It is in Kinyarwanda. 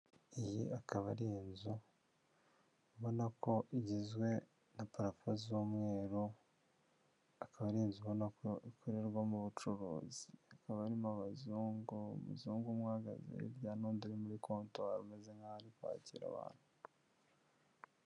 Iyi akaba ari inzu, ubona ko igizwe na parafo z'umweru, akaba ari inzu ubona ko ikorerwamo ubucuruzi. Hakaba harimo abazungu, umuzungu umwe uhagaze hirya n'undi uri muri kontwairi umeze nk'aho ari kwakira abantu.